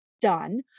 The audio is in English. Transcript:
done